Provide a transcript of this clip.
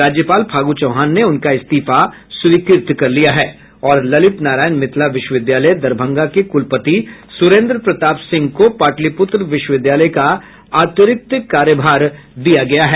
राज्यपाल फागू चौहान ने उनका इस्तीफा स्वीकृत कर लिया है और ललित नारायण मिथिला विश्वविद्यालय दरभंगा के कुलपति सुरेन्द्र प्रातप सिंह को पाटलिपुत्र विश्विद्यालय का अतिरिक्त कार्यभार दिया गया है